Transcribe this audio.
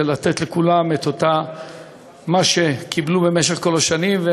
ולתת לכולם את מה שקיבלו במשך כל השנים.